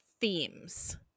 themes